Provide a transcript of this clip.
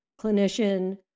clinician